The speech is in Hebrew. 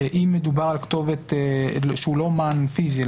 שאם מדובר על כתובת שהיא לא מען פיזי,